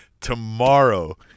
Tomorrow